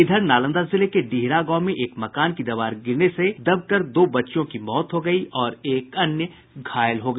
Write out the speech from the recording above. इधर नालंदा जिले के डिहरा गांव में एक मकान की दीवार गिरने से दबकर दो बच्चियों की मौत हो गयी और एक अन्य घायल हो गया